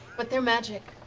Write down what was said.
but they're magic.